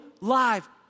live